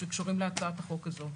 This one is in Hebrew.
שקשורים להצעת החוק הזו.